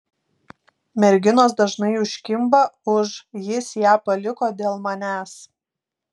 merginos dažnai užkimba už jis ją paliko dėl manęs